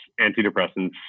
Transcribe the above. antidepressants